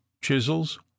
chisels